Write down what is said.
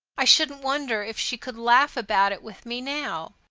i shouldn't wonder if she could laugh about it with me now.